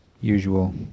usual